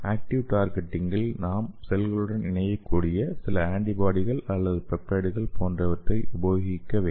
active டார்கெட்டிங்கில் நாம் செல்களுடன் இணையக் கூடிய சில ஆன்டிபாடிகள் அல்லது பெப்டைடுகள் போன்றவற்றை உபயோகிக்க வேண்டும்